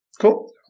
Cool